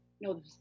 no